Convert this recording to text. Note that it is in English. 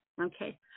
Okay